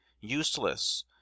USELESS